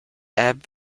ebb